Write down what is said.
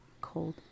cold